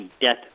death